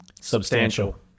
substantial